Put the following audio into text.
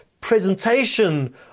presentation